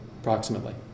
approximately